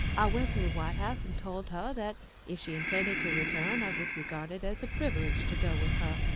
i went to the white house, and told her that if she intended to return, i would regard it as a privilege to go with her,